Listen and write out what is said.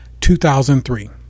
2003